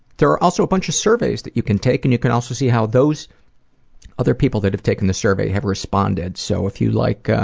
there are also a bunch of surveys that you can take. and you can also see how those other people who have taken the survey have responded, so if you like ah